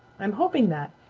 i'm hoping that,